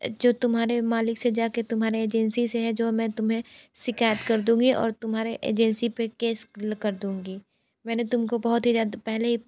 जो तुम्हारे मालिक से जा के तुम्हारे एजेंसी से है जो मैं तुम्हें शिकायत कर दूँगी और तुम्हारे एजेंसी पर कैस कर दूँगी मैंने तुम को बहुत ही ज़्यादा पहले